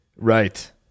right